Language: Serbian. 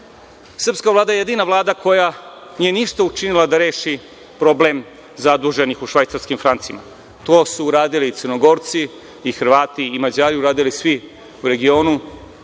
jeste. Srpska Vlada je jedina Vlada koja nije ništa učinila da reši problem zaduženih u švajcarskim francima. To su uradili i Crnogorci i Hrvati i Mađari. To su uradili svi u regionu,